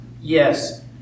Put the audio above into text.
Yes